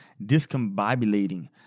discombobulating